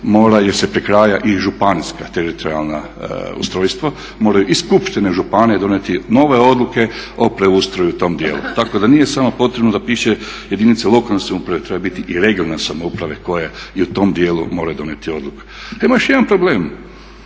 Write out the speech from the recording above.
mora jer se prekraja i županijsko teritorijalno ustrojstvo, moraju i skupštine županija donijeti nove odluke o preustroju u tom dijelu tako da nije samo potrebno da piše jedinice lokalne samouprave, treba biti i regionalne samouprave koje i u tom dijelu moraju donijeti odluku. Ima još jedan problem.